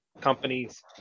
companies